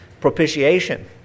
Propitiation